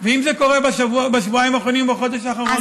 ואם זה קורה בשבועיים האחרונים או בחודש האחרון?